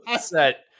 set